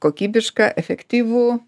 kokybišką efektyvų